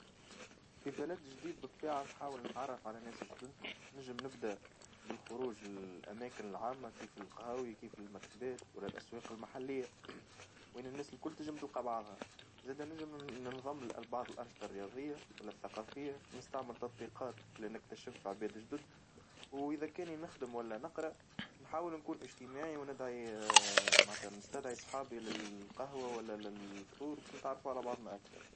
في بلد جديد بالطبيعة بنحاول نتعرف على ناس جدد، نجم نبدأ بالخروج للأماكن العامة كيف القهاوي كيف المكتبات وللأسواق المحلية وين الناس الكل تجم تلقى بعضها ذات نجم للنظام بعض الأنشطة الرياضية و للثقافية نستعمل تطبيقات لنكتشف عباد جدد، وإذا كان نخدم والا نقرأ نحاول نكون اجتماعي وندعي متى نستدعي صحابي للقهوة وألا للفطور فنتعرفوا على بعضنا أكثر.